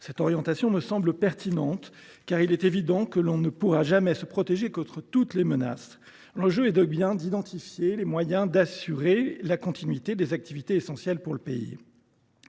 Cette orientation me semble pertinente, car il est évident que l’on ne pourra jamais se protéger contre toutes les menaces. L’enjeu est donc bien d’identifier les moyens d’assurer la continuité des activités essentielles pour le pays.